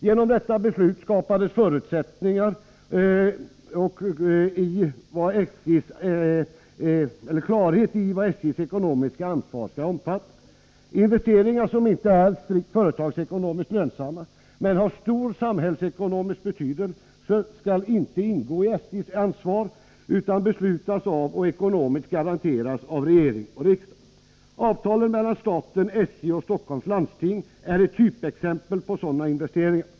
Genom detta beslut skapades bl.a. klarhet i vad SJ:s ekonomiska ansvar skall omfatta. Investeringar som inte är strikt företagsekonomiskt lönsamma men har stor samhällsekonomisk betydelse skall inte ingå i SJ:s ansvar, utan beslutas och ekonomiskt garanteras av regering och riksdag. Avtalet mellan staten, SJ och Stockholms landsting är ett typexempel på sådana investeringar.